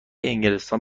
انگلستان